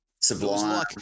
Sublime